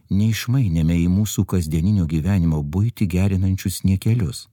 neišmainėme į mūsų kasdieninio gyvenimo buitį gerinančius niekelius